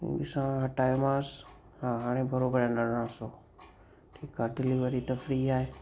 हूं ॾिसां हटायोमांसि हा हाणे बराबरि आहिनि अरिड़ह सौ ठीकु आहे डिलीवरी त फ्री आहे